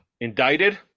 indicted